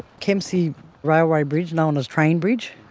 kempsey railway bridge, known as train bridge.